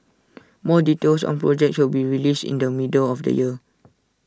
more details on projects will be released in the middle of the year